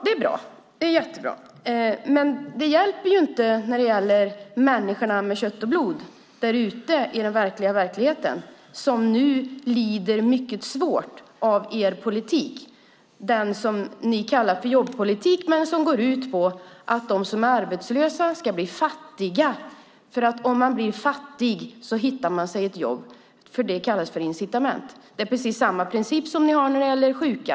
Det är bra, men det hjälper inte människorna av kött och blod, människorna där ute i verkligheten, de som nu lider svårt av den borgerliga politiken, den som ni, Anders Borg, kallar för jobbpolitik men som går ut på att de som är arbetslösa ska bli fattiga, för om de blir fattiga hittar de sig ett jobb. Det kallas för incitament. Precis samma princip har ni när det gäller de sjuka.